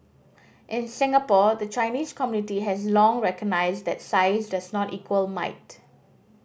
in Singapore the Chinese community has long recognised that size does not equal might